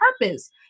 purpose